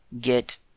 get